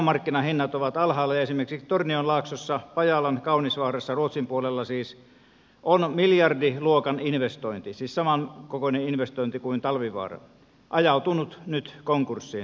maailmanmarkkinahinnat ovat alhaalla ja esimerkiksi tornionlaaksossa pajalan kaunisvaarassa ruotsin puolella siis on miljardiluokan investointi siis samankokoinen investointi kuin talvivaara ajautunut nyt konkurssiin